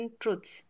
truths